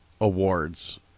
awards